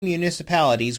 municipalities